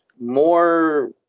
more